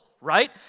right